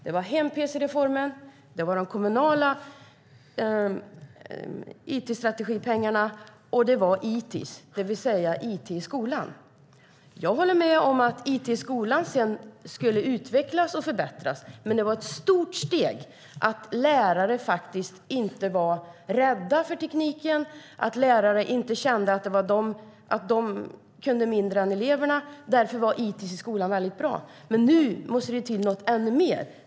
Det var hem-pc-reformen, det var de kommunala it-strategipengarna och det var ITIS, det vill säga It i skolan. Jag håller med om att It i skolan sedan skulle ha utvecklats och förbättrats, men det var ett stort steg att lärare faktiskt inte var rädda för tekniken, att lärare inte kände att de kunde mindre än eleverna. Därför var ITIS väldigt bra. Men nu måste det till något ännu mer.